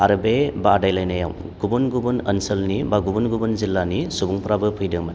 आरो बे बादायलायनायाव गुबुन गुबुन ओनसोलनि बा गुबुन गुबुन जिल्लानि सुबुंफोराबो फैदोंमोन